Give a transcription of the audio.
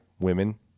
women